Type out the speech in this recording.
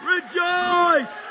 Rejoice